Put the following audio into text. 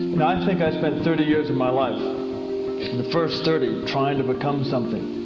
i think i spent thirty years of my life, in the first thirty trying to become something.